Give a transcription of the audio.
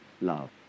love